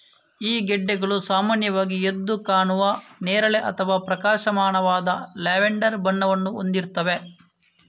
ಈ ಗೆಡ್ಡೆಗಳು ಸಾಮಾನ್ಯವಾಗಿ ಎದ್ದು ಕಾಣುವ ನೇರಳೆ ಅಥವಾ ಪ್ರಕಾಶಮಾನವಾದ ಲ್ಯಾವೆಂಡರ್ ಬಣ್ಣವನ್ನು ಹೊಂದಿರ್ತವೆ